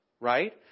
Right